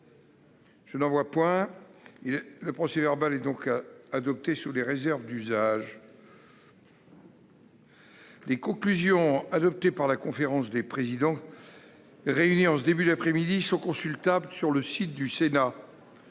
d'observation ?... Le procès-verbal est adopté sous les réserves d'usage. Les conclusions adoptées par la conférence des présidents, réunie en début d'après-midi, sont consultables sur le site du Sénat.